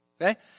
Okay